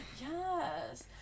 Yes